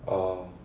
orh